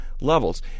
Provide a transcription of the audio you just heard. levels